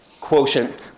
quotient